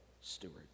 stewards